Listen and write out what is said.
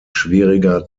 schwieriger